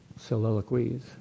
soliloquies